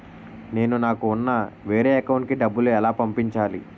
నేను నాకు ఉన్న వేరే అకౌంట్ లో కి డబ్బులు ఎలా పంపించాలి?